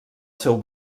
seu